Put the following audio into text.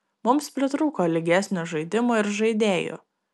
mums pritrūko lygesnio žaidimo ir žaidėjų